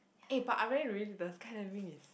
eh but I really really the skydiving is